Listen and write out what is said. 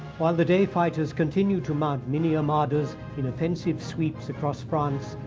while the day fighters continued to mount many armadas in offensive sweeps across france,